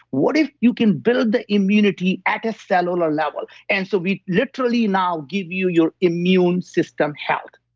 what if you can build the immunity at a cellular level? and so we literally now give you your immune system health,